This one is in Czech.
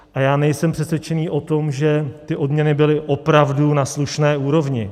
A já nejsem přesvědčený o tom, že ty odměny byly opravdu na slušné úrovni.